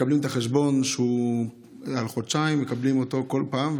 מקבלים את החשבון לחודשיים כל פעם,